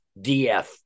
df